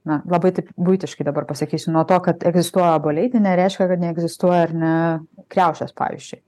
na labai taip buitiškai dabar pasakysiu nuo to kad egzistuoja obuoliai tai nereiškia kad neegzistuoja ar ne kriaušės pavyzdžiui